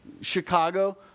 Chicago